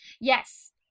Yes